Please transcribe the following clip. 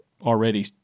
already